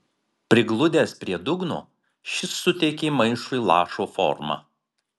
prigludęs prie dugno šis suteikė maišui lašo formą